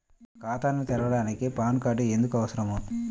ఖాతాను తెరవడానికి PAN card ఎందుకు అవసరము?